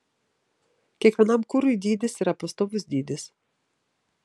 kiekvienam kurui dydis yra pastovus dydis